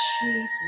Jesus